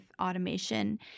automation